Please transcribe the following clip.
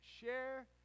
Share